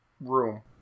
room